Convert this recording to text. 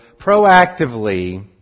proactively